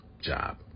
job